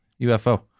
UFO